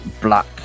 black